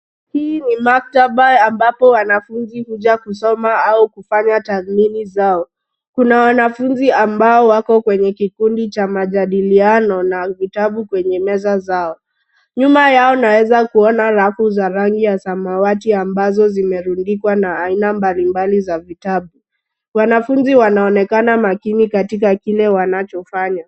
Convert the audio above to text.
Hii ni maktaba ambapo wanafunzi huja kusoma au kufanya tathmini zao, kuna wanafunzi ambao wako kwenye kikundi cha majadiliano na vitabu kwenye meza zao. Nyuma yao naweza kuona rafu za rangi ya samawati ambazo zimerundikwa na aina mbalimbali za vitabu. Wanafunzi wanaonekna makini katika kile wanachofanya.